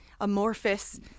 amorphous